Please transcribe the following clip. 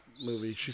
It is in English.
movie